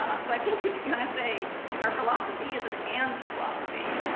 ah so i think you can kind of say our philosophy is an and philosophy.